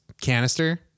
canister